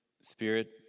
spirit